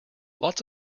lots